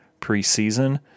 preseason